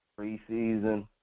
preseason